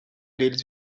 deles